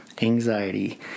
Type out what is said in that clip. Anxiety